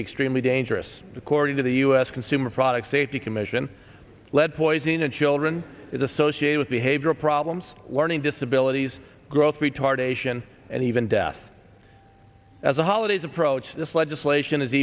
be extremely dangerous according to the u s consumer product safety commission lead poisoning and children is associated with behavioral problems learning disabilities growth retardation and even death as the holidays approach this legislation is